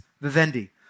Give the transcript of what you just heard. vivendi